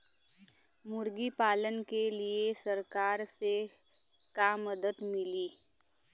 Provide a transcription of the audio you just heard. मुर्गी पालन के लीए सरकार से का मदद मिली?